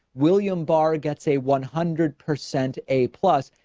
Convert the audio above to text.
william bar gets a one hundred percent a plus.